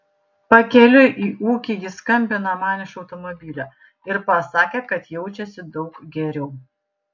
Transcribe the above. pakeliui į ūkį jis skambino man iš automobilio ir pasakė kad jaučiasi daug geriau